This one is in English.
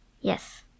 Yes